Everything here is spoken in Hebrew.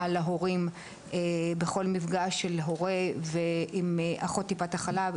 להורים בכל מפגש של הורה עם אחות טיפת החלב.